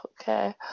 okay